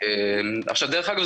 דרך אגב,